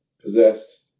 possessed